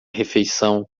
refeição